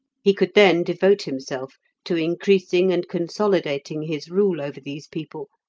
he could then devote himself to increasing and consolidating his rule over these people,